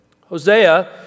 Hosea